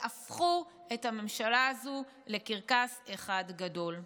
והפכו את הממשלה הזו לקרקס אחד גדול.